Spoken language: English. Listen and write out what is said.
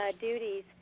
duties